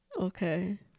okay